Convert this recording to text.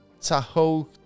Tahoe